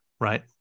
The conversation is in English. right